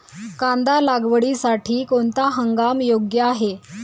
कांदा लागवडीसाठी कोणता हंगाम योग्य आहे?